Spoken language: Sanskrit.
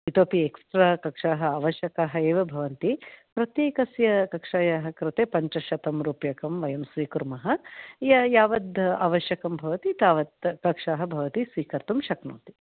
इतोऽपि एक्स्ट्राकक्षाः आवश्यकाः एव भवन्ति प्रत्येकस्य कक्षायाः कृते पञ्चशतं रूप्यकं वयं स्वीकुर्मः ये यावत् आवश्यकं भवति तावत् कक्षाः भवति स्वीकर्तुं शक्नोति